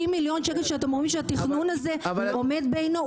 30 מיליון שקל כשאתם רואים שהתכנון הזה עומד בעינו.